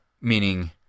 meaning